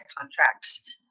contracts